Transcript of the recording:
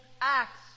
acts